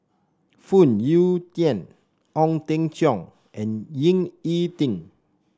Phoon Yew Tien Ong Teng Cheong and Ying E Ding